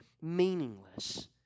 meaningless